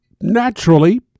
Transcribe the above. naturally